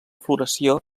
floració